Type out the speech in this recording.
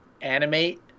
animate